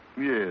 Yes